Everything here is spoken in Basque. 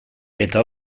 eta